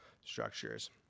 structures